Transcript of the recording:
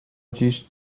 dziś